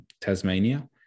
Tasmania